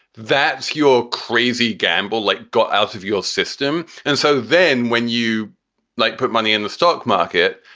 that's your crazy gamble, like go out of your system. and so then when you like put money in the stock market,